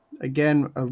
Again